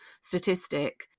statistic